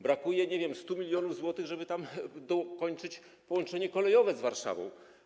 Brakuje, nie wiem, 100 mln zł, żeby tam dokończyć połączenie kolejowe z Warszawą.